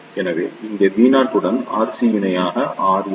எனவே இங்கே Vo உடன் RC இணையாக RL